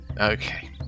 Okay